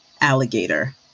alligator